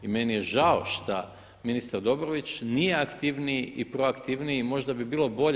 I meni je žao šta ministar Dobrović nije aktivniji i proaktivniji, možda bi bilo bolje.